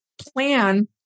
plan